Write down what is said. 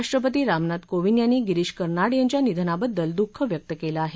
राष्ट्रपती रामनाथ कोंविद यांनी गिरीश कर्नाड यांच्या निधनाबद्दल दुःख व्यक्त केलं आहे